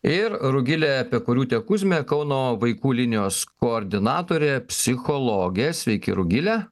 ir rugilė pekoriūtėkuzmė kauno vaikų linijos koordinatorė psichologė sveiki rugile